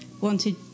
wanted